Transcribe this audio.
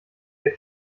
der